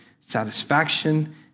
satisfaction